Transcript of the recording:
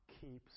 keeps